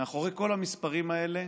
מאחורי כל המספרים האלה